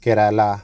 Kerala